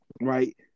right